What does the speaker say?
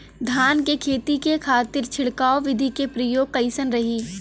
धान के खेती के खातीर छिड़काव विधी के प्रयोग कइसन रही?